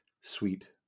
sweet